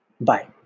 Bye